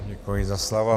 Děkuji za slovo.